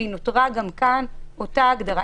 והיא נותרה גם כאן אותה הגדרה.